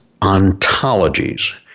ontologies